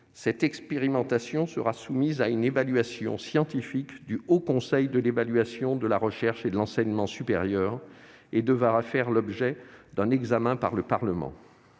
cette expérimentation sera soumise à une évaluation spécifique du Haut Conseil de l'évaluation de la recherche et de l'enseignement supérieur et devra faire l'objet d'un examen par le Parlement.